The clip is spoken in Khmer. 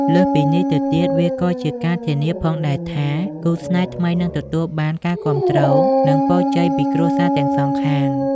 លើសពីនេះទៅទៀត វាក៏ជាការធានាផងដែរថា គូស្នេហ៍ថ្មីនឹងទទួលបានការគាំទ្រ និងពរជ័យពីគ្រួសារទាំងសងខាង។